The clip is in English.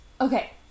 Okay